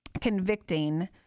convicting